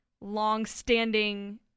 long-standing –